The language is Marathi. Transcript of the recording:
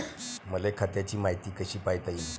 मले खात्याची मायती कशी पायता येईन?